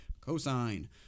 Cosine